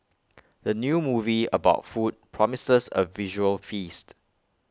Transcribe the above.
the new movie about food promises A visual feast